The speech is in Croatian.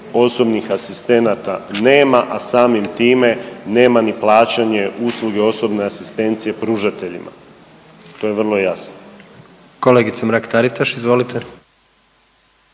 osobnih asistenata nema, a samim time nema ni plaćanje usluge osobne asistencije pružateljima. To je vrlo jasno. **Jandroković, Gordan